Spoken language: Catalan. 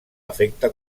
efecte